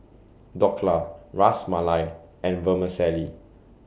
Dhokla Ras Malai and Vermicelli